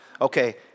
Okay